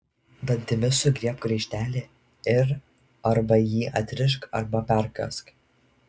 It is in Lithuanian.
dantimis sugriebk raištelį ir arba jį atrišk arba perkąsk